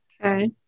Okay